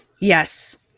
Yes